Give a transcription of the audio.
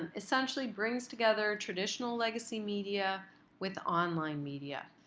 and essentially brings together traditional legacy media with online media.